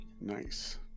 Nice